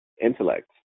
intellect